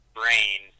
brain